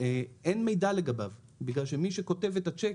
אין מידע לגביו בגלל שמי שכותב את הצ'ק,